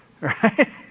right